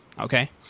okay